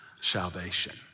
salvation